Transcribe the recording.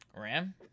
Ram